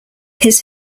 his